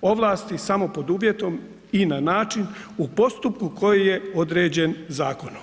ovlasti samo pod uvjetom i na način u postupku koji je određen zakonom.